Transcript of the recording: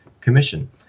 Commission